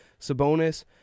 Sabonis